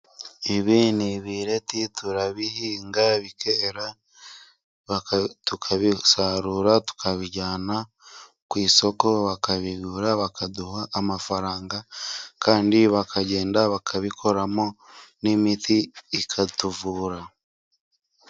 Ibi ni ibireti. Turabihinga bikera, tukabisarura tukabijyana ku isoko, bakabigura bakaduha amafaranga, kandi bakagenda bakabikoramo n'imiti ikatuvura.